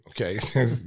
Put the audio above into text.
okay